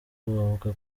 bavuga